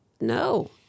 no